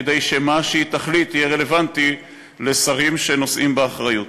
כדי שמה שהיא תחליט יהיה רלוונטי לשרים שנושאים באחריות.